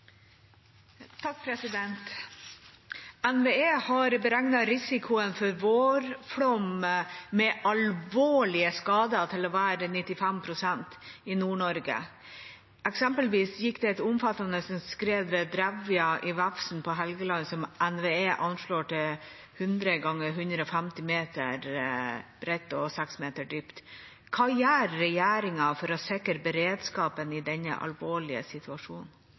har beregnet risikoen for vårflom med alvorlige skader til å være 95 pst. i Nord-Norge. Eksempelvis gikk det et omfattende skred ved Drevja i Vefsn på Helgeland som NVE anslår til 100x150 meter og seks meter dypt. Hva gjør regjeringa for å sikre beredskapen i denne alvorlige situasjonen?»